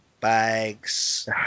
bags